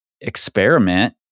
experiment